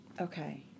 Okay